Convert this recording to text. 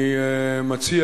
אני מציע,